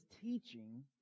teaching